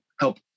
help